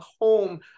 home